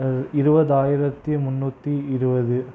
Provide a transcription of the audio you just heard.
இருபதாயிரத்தி முண்ணூற்றி இருபது